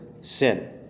sin